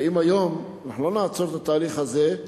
ואם היום אנחנו לא נעצור את התהליך הזה,